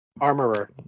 Armorer